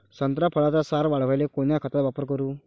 संत्रा फळाचा सार वाढवायले कोन्या खताचा वापर करू?